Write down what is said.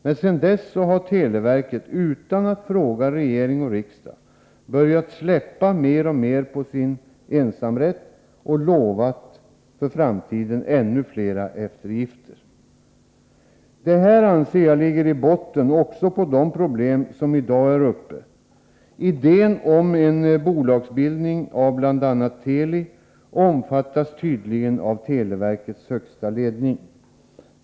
Men sedan dess har televerket, utan att fråga regering och riksdag, börjat släppa mer och mer på sin ensamrätt och lovat ännu fler eftergifter för framtiden. Detta anser jag ligger i botten också på de problem som i dag finns. Idén om en bolagsbildning av bl.a. Teli omfattas tydligen av televerkets högsta ledning.